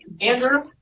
Andrew